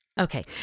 Okay